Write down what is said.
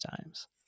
times